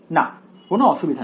না কোনও অসুবিধা নেই